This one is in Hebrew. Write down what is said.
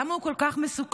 למה הוא כל כך מסוכן?